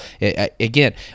Again